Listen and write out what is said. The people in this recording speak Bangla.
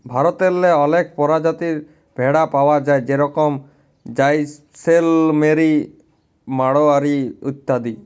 ভারতেল্লে অলেক পরজাতির ভেড়া পাউয়া যায় যেরকম জাইসেলমেরি, মাড়োয়ারি ইত্যাদি